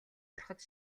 ороход